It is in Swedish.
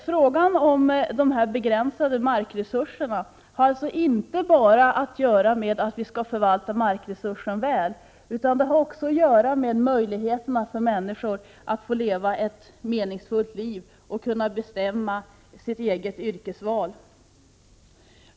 Frågan om de begränsade markresurserna har alltså inte bara att göra med att markresurserna skall förvaltas väl, utan också med möjligheterna för människor att få leva ett meningsfullt liv och kunna bestämma sitt eget yrkesval.